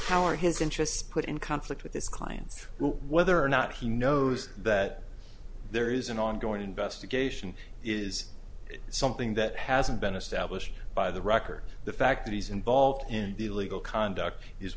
interests put in conflict with his clients whether or not he knows that there is an ongoing investigation is something that hasn't been established by the record the fact that he's involved in the illegal conduct is